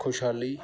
ਖੁਸ਼ਹਾਲੀ